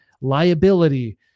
liability